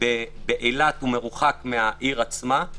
באילת מרוחק מהעיר עצמה.